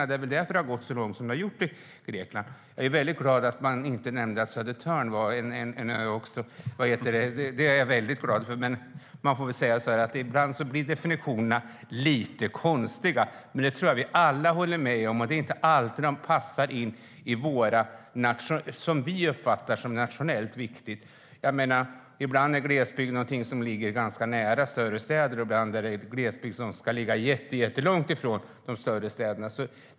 Det är väl därför som det har gått så långt som det har gjort i Grekland. Jag är väldigt glad över att man inte omnämnde Södertörn som en ö. Men ibland blir definitionerna lite konstiga. Det håller vi nog alla med om, och det är inte alltid de passar in i det som vi uppfattar som nationellt viktigt. Ibland ligger glesbygd ganska nära större städer, och ibland ligger glesbygden jättelångt ifrån de större städerna.